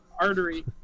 artery